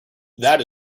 that